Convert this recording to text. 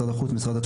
משרד החוץ,